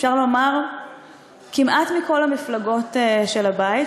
אפשר לומר כמעט מכל המפלגות של הבית,